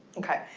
ok.